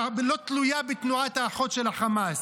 תלויה בתנועת האחות של החמאס.